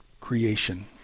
creation